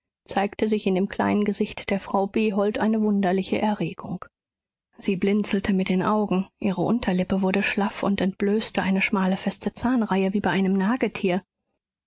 zeigte sich in dem kleinen gesicht der frau behold eine wunderliche erregung sie blinzelte mit den augen ihre unterlippe wurde schlaff und entblößte eine schmale feste zahnreihe wie bei einem